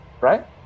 right